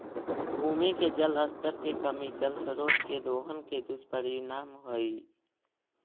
भूमि के जल स्तर के कमी जल स्रोत के दोहन के दुष्परिणाम हई